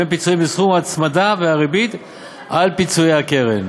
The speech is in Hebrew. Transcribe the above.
פיצויים בסכום ההצמדה והריבית על פיצויי הקרן.